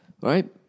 right